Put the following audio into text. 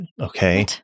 okay